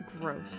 Gross